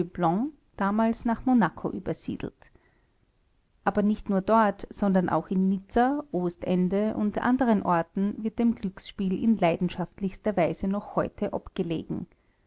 damals nach monaco übergesiedelt aber nicht nur dort sondern auch in nizza ostende und anderen orten wird dem glücksspiel in leidenschaftlichster weise noch heute obgelegen